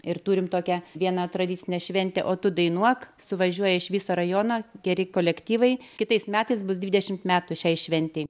ir turim tokią vieną tradicinę šventę o tu dainuok suvažiuoja iš viso rajono geri kolektyvai kitais metais bus dvidešimt metų šiai šventei